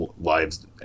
lives